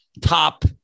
top